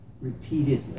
repeatedly